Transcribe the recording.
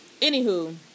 Anywho